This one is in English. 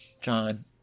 John